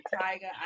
Tiger